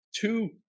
two –